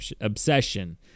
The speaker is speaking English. obsession